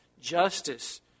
justice